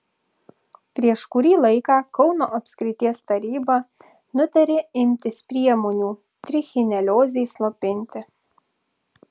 prieš kurį laiką kauno apskrities taryba nutarė imtis priemonių trichineliozei slopinti